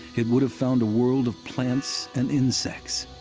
it would have found a world of plants and insects,